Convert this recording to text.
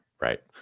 Right